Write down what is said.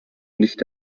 nicht